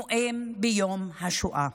נואם ביום השואה.